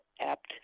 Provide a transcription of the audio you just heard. apt